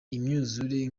imyuzure